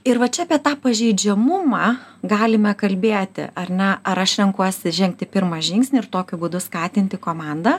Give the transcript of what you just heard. ir va čia apie tą pažeidžiamumą galime kalbėti ar ne ar aš renkuosi žengti pirmą žingsnį ir tokiu būdu skatinti komandą